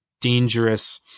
dangerous